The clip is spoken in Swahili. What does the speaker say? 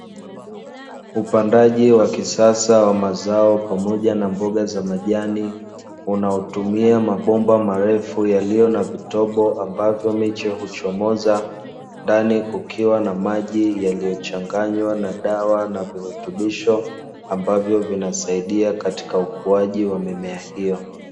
Upandaji wa kisasa wa mazao pamoja na mboga za majani, unaotumia mabomba marefu yaliyo na vitobo, ambayo miche huchomoza ndani kukiwa na maji yaliyo changanywa na dawa na virutubisho, ambavyo vinasaidia katika ukuaji wa mimea hiyo.